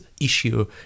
issue